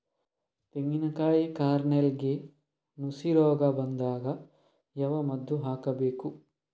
ತೆಂಗಿನ ಕಾಯಿ ಕಾರ್ನೆಲ್ಗೆ ನುಸಿ ರೋಗ ಬಂದಾಗ ಯಾವ ಮದ್ದು ಹಾಕಬೇಕು?